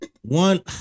One